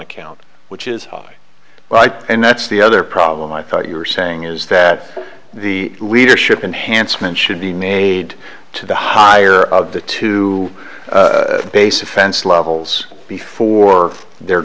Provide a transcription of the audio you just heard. account which is right and that's the other problem i thought you were saying is that the leadership enhanced men should be made to the higher of the two base offense levels before the